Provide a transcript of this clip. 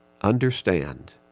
Understand